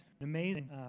amazing